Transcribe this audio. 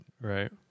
Right